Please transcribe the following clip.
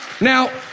now